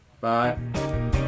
Bye